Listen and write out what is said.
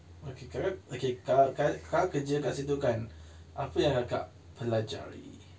okay kak okay kalau kalau kerja kat situ kan apa yang akak pelajari